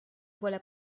voilà